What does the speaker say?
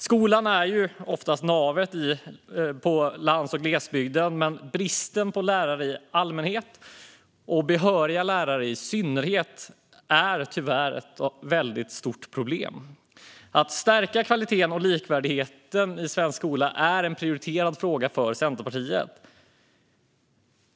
Skolan är oftast navet på landsbygden och i glesbygden, men bristen på lärare i allmänhet och behöriga lärare i synnerhet är tyvärr ett stort problem. Att stärka kvaliteten och likvärdigheten i svensk skola är en prioriterad fråga för Centerpartiet.